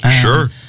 Sure